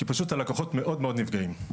כי פשוט הלקוחות מאוד מאוד נפגעים.